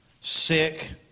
sick